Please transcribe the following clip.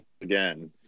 again